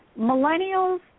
Millennials